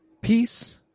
peace